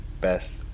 best